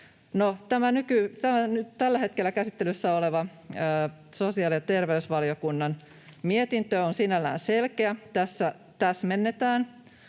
tällä hetkellä käsittelyssä oleva sosiaali- ja terveysvaliokunnan mietintö on sinällään selkeä. Tässä täsmennetään